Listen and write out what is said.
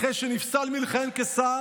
אחרי שנפסל מלכהן כשר